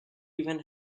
even